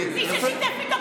מי ששיתף איתו פעולה זה אתם.